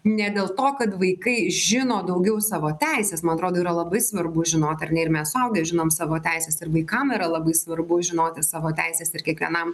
ne dėl to kad vaikai žino daugiau savo teises man atrodo yra labai svarbu žinoti ar nei mes suaugę žinome savo teises ir vaikam yra labai svarbu žinoti savo teises ir kiekvienam